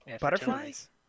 Butterflies